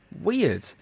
Weird